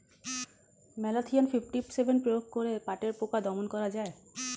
Malathion fifty seven প্রয়োগ করে পাটের পোকা দমন করা যায়?